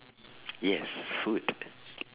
yes food